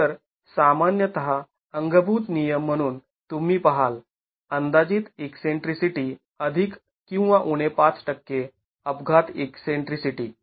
तर सामान्यतः अंगभूत नियम म्हणून तुम्ही पहाल अंदाजित ईकसेंट्रीसिटी अधिक किंवा उणे ५ टक्के अपघात ईकसेंट्रीसिटी